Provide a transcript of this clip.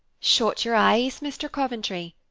shut your eyes, mr. coventry,